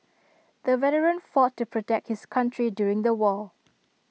the veteran fought to protect his country during the war